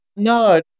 no